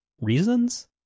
reasons